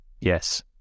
yes